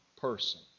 person